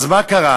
אז מה קרה?